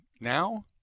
now –